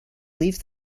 leave